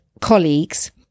colleagues